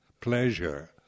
pleasure